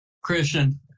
Christian